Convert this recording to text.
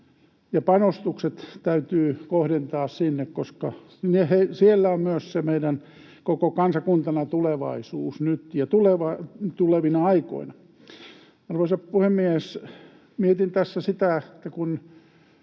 panostukset täytyy kohdentaa sinne, koska siellä on myös se meidän koko kansakuntamme tulevaisuus nyt ja tulevina aikoina. Arvoisa puhemies! Mietin tässä sitä, että kun